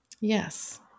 yes